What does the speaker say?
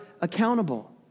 accountable